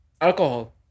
Alcohol